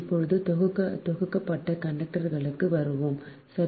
இப்போது தொகுக்கப்பட்ட கண்டக்டர்களுக்கு வருவோம் சரி